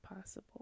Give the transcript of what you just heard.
possible